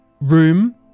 room